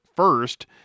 first